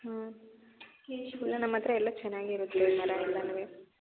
ಹಾಂ ಇಲ್ಲ ನಮ್ಮ ಹತ್ರ ಎಲ್ಲ ಚೆನ್ನಾಗಿರುತ್ತೆ ಮರ ಎಲ್ಲಾನೂ